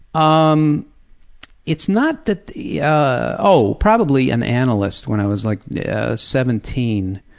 um it's not that, yeah oh, probably an analyst when i was like yeah seventeen.